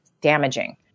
damaging